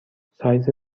سایز